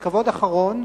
זה כבוד אחרון,